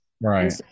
Right